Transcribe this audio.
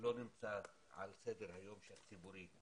לא נמצא על סדר היום הציבורי,